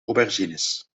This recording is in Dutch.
aubergines